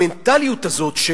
המנטליות של: